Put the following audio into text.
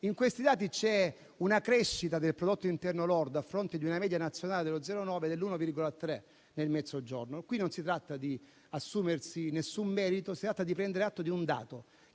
In questi dati, c'è una crescita del prodotto interno lordo, a fronte di una media nazionale dello 0,9, dell'1,3 per cento nel Mezzogiorno. Non si tratta di assumersi nessun merito. Si tratta di prendere atto di un dato,